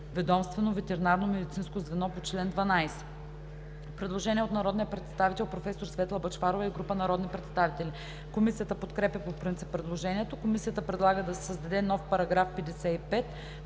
ведомствено ветеринарномедицинско звено по чл. 12.“ Предложение на народния представител професор Светла Бъчварова и група народни представители. Комисията подкрепя по принцип предложението. Комисията предлага да се създаде нов § 55: „§ 55.